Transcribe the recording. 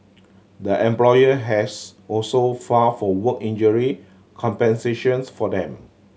the employer has also filed for work injury compensations for them